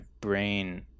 brain